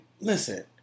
listen